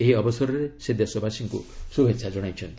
ଏହି ଅବସରରେ ସେ ଦେଶବାସୀଙ୍କୁ ଶୁଭେଚ୍ଛା ଜଣାଇଛନ୍ତି